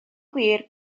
gwir